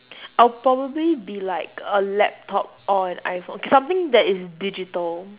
I'll probably be like a laptop or an iphone okay something that is digital